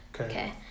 Okay